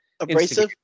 Abrasive